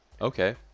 Okay